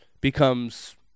becomes